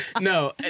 no